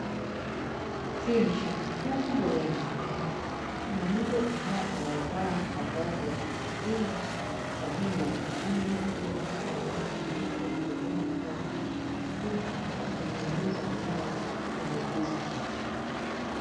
Hii ni shamba kubwa ya mimea. Kuna mtu ambaye amevaa mavazi ya kujikinga, aliye na kibuyu iliyopakwa rangi nyeupe mgongoni mwake, huku akinyunyiza dawa kwenye hii mimea.